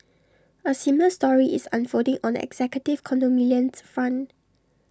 A similar story is unfolding on the executive condominiums front